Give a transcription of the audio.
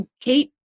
Kate